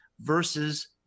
versus